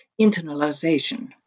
internalization